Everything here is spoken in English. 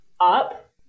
up